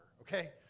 okay